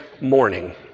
morning